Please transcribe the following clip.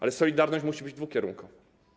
Ale solidarność musi być dwukierunkowa.